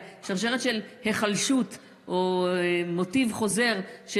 שרשרת של היחלשות או מוטיב חוזר של